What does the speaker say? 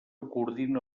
coordina